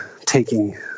taking